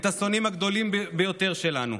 את השונאים הגדולים ביותר שלנו.